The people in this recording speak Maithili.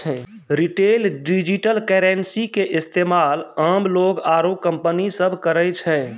रिटेल डिजिटल करेंसी के इस्तेमाल आम लोग आरू कंपनी सब करै छै